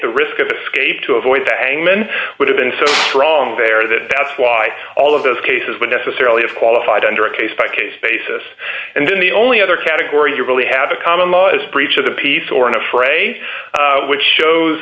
the risk of escape to avoid a men would have been so wrong there that that's why all of those cases would necessarily have qualified under a case by case basis and then the only other category you really have a common law is breach of the peace or in a fray which shows